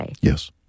Yes